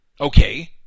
okay